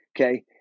Okay